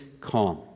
calm